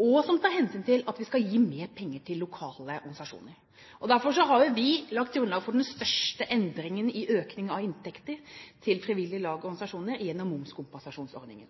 og som tar hensyn til at vi skal gi mer penger til lokale organisasjoner. Og derfor har vi lagt grunnlag for den største endringen i økning av inntekter til frivillige lag og organisasjoner gjennom momskompensasjonsordningen.